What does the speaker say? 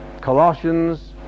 Colossians